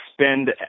spend